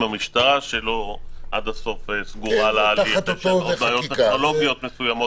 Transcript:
סגורות מול המשטרה ויש גם בעיות טכנולוגיות שלא נפתרו.